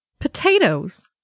Potatoes